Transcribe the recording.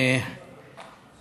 (אומר בערבית: